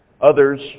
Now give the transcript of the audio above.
others